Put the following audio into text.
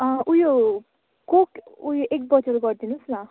ऊ यो कोक ऊ यो एक बोतल गरिदिनुहोस् न